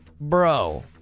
bro